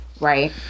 Right